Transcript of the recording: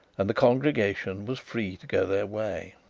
and the congregation was free to go their way.